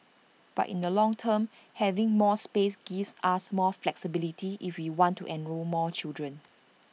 but in the long term having more space gives us more flexibility if we want to enrol more children